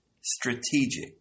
strategic